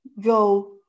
go